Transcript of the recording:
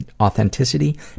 authenticity